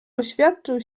oświadczył